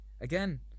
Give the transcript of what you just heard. Again